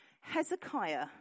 Hezekiah